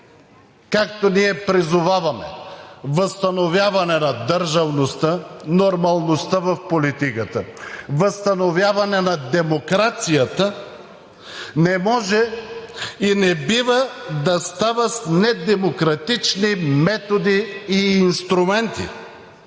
както ние призоваваме – възстановяване на държавността, нормалността в политиката, възстановяване на демокрацията, не може и не бива да става с недемократични методи и инструменти.